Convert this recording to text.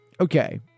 Okay